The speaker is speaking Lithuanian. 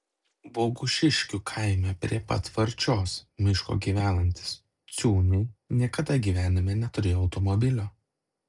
bogušiškių kaime prie pat varčios miško gyvenantys ciūniai niekada gyvenime neturėjo automobilio